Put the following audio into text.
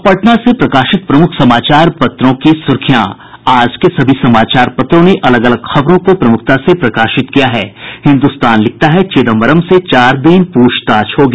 अब पटना से प्रकाशित प्रमुख समाचार पत्रों की सुर्खियां आज के सभी समाचार पत्रों ने अलग अलग खबरों को प्रमुखता प्रकाशित किया है हिन्दुस्तान लिखता है चिदम्बरम से चार दिन पूछताछ होगी